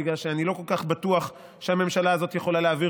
בגלל שאני לא כל כך בטוח שהממשלה הזאת יכולה להעביר